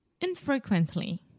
infrequently